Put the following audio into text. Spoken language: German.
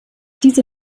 diese